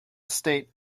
estate